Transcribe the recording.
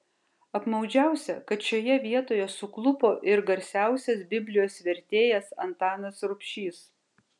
apmaudžiausia kad šioje vietoje suklupo ir garsiausias biblijos vertėjas antanas rubšys